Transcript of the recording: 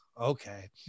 Okay